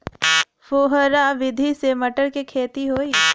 फुहरा विधि से मटर के खेती होई